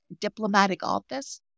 diplomaticoffice